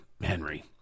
Henry